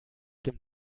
dem